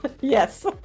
Yes